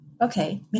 okay